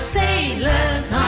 sailors